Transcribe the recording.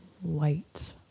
White